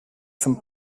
some